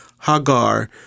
Hagar